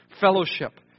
Fellowship